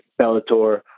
Bellator